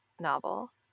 novel